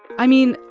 i mean,